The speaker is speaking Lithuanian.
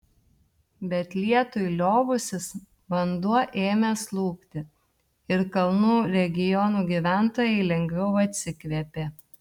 bet lietui liovusis vanduo ėmė slūgti ir kalnų regionų gyventojai lengviau atsikvėpė